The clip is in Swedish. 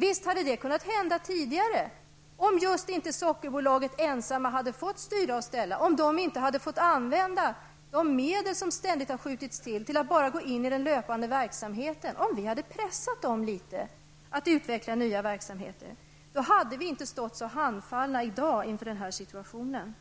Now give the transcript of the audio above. Visst hade detta kunnat hända tidigare, om just inte Sockerbolaget ensamt hade fått styra och ställa och bolaget inte hade fått använda de medel som ständigt skjutits till att bara gå in i den löpande verksamheten. Om vi hade pressat dem litet att utveckla nya verksamheter, hade vi inte stått så handfallna i dag inför denna situation.